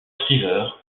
river